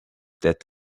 that